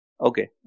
Okay